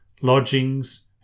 lodgings